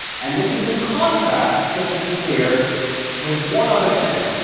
and this is in contrast just to be clear with one other thing.